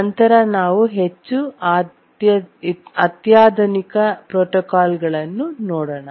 ನಂತರ ನಾವು ಹೆಚ್ಚು ಅತ್ಯಾಧುನಿಕ ಪ್ರೋಟೋಕಾಲ್ಗಳನ್ನು ನೋಡೋಣ